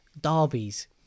derbies